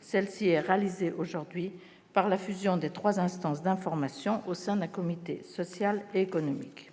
Celle-ci est réalisée aujourd'hui par la fusion des trois instances d'information au sein d'un comité social et économique.